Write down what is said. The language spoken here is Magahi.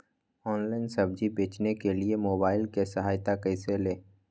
ऑनलाइन सब्जी बेचने के लिए मोबाईल की सहायता कैसे ले?